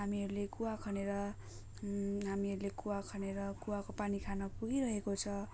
हामीहरूले कुवा खनेर हामीहरूले कुवा खनेर कुवाको पानी खान पुगिरहेको छ